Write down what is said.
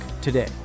today